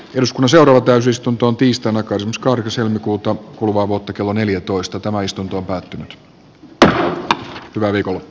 jos mä seuraava täysistunto tiistaina kansan skahdeksan kultaa kuluvaa vuotta kello neljätoista teemaistunto se ajattelu tässä